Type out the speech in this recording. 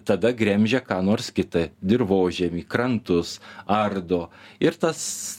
tada gremžia ką nors kita dirvožemį krantus ardo ir tas